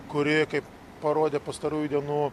kuri kaip parodė pastarųjų dienų